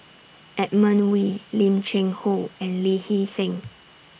Edmund Wee Lim Cheng Hoe and Lee Hee Seng